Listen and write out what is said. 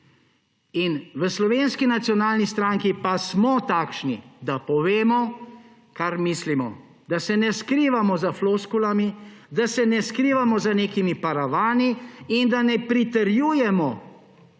to. V Slovenski nacionalni stranki pa smo takšni, da povemo, kar mislimo, da se ne skrivamo za floskulami, da se ne skrivamo za nekimi paravani in da ne pritrjujemo,